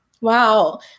Wow